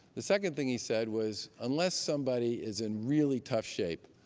the second thing he said was, unless somebody is in really tough shape